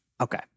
Okay